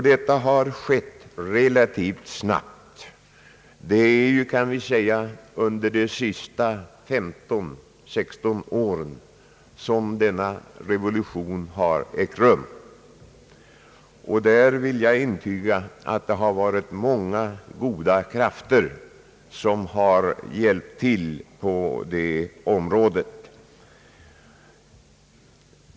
Detta har skett relativt snabbt. Det är kan vi säga under de senaste 15—16 åren som denna revolution har ägt rum. Jag vill intyga att många goda krafter har hjälpt till på detta område.